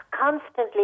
constantly